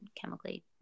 chemically